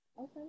Okay